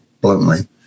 bluntly